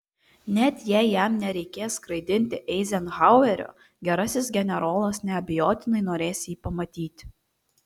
net jei jam nereikės skraidinti eizenhauerio gerasis generolas neabejotinai norės jį pamatyti